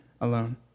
alone